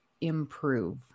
improve